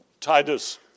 Titus